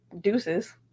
Deuces